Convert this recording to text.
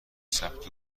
ثبت